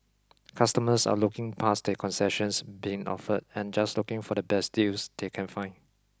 customers are looking past the concessions being offered and just looking for the best deals they can find